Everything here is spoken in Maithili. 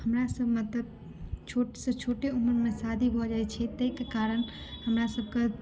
हमरा सब मे तऽ छोट सँ छोटे उमरमे शादी भऽ जाइ छै ताहि के कारण हमरा सब के